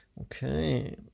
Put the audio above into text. Okay